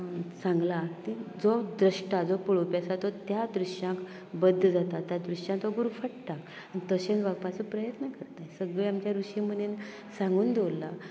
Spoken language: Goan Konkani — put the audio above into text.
सांगलां जो दृश्टाचो पळोवपी आसा तो त्या दृश्यान बद्द जाता तो त्या दृश्यांक गुरफट्टा तशें जावपाचो प्रयत्न करता सगले आपल्या रुशीमुनीन सांगून दवरलां